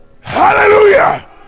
Hallelujah